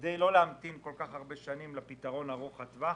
כדי לא להמתין כל כך הרבה שנים לפתרון ארוך טווח,